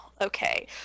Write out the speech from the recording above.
Okay